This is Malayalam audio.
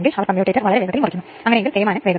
കാര്യങ്ങൾ വളരെ ലളിതമാണ്